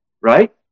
right